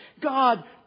God